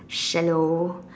shallow